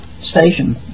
station